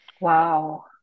Wow